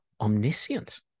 omniscient